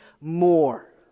more